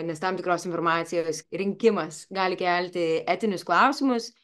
nes tam tikros informacijos rinkimas gali kelti etinius klausimus